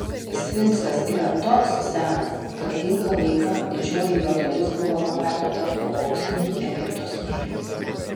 sfinksas yra toks senas kad ilgą laiką didžioji jo dalis buvo palaidota po auksiniu egipto smėliu